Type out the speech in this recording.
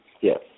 Yes